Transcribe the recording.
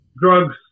drugs